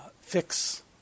fix